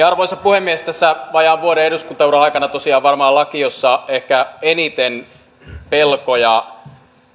arvoisa puhemies tässä vajaan vuoden eduskuntauran aikana tämä on tosiaan varmaan laki jossa ehkä eniten pelkoja